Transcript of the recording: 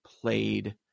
played